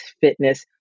fitness